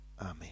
Amen